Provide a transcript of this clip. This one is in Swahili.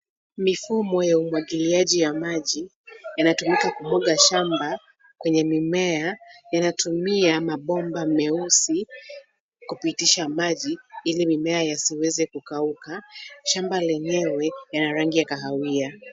Mifumo ya umwagiliaji ya maji yanatumika kumwaga shamba kwenye mimea. Yanatumia mabomba meusi kupitisha maji ili mimea yasiweze kukauka .Shamba lenyewe yana rangi ya kahawia.